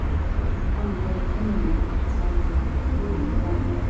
some unknown enemy of the chevalier's is doing something,